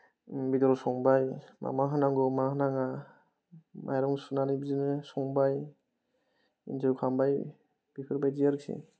बेदर संबाय मा मा होनांगौ मा होनाङा माइरं सुनानै बिदिनो संबाय इन्जय खालामबाय बेफोरबायदि आरोखि